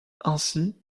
ainsi